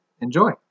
enjoy